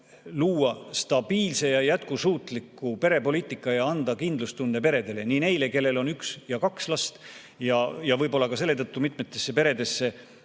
luua stabiilse ja jätkusuutliku perepoliitika ja anda kindlustunde peredele, neile, kellel on üks ja kaks last – võib-olla selle tõttu mitmetes peredes